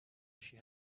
she